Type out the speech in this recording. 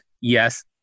Yes